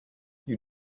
you